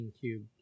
cube